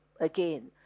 again